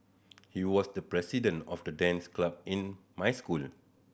he was the president of the dance club in my school